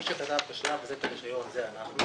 מי שכתב בשלב הזה את הרישיון זה אנחנו.